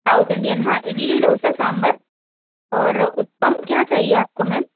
out Indian हाँ इडली डोसा सांबर और उतप्पम क्या चाहिए आप को मैम